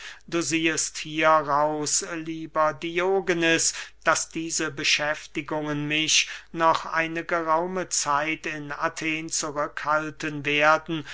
du siehest hieraus lieber diogenes daß diese beschäftigungen mich noch eine geraume zeit in athen zurückhalten werden